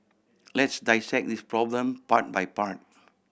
let's dissect this problem part by part